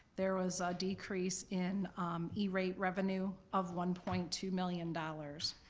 there was a decrease in e rate revenue of one point two million dollars.